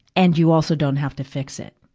and you also don't have to fix it.